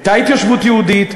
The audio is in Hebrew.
הייתה התיישבות יהודית,